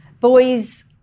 Boys